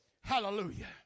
Hallelujah